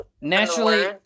naturally